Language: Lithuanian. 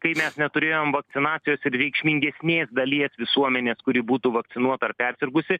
kai mes neturėjom vakcinacijos ir reikšmingesnė dalies visuomenės kuri būtų vakcinuota ar persirgusi